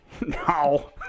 no